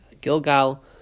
Gilgal